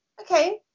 okay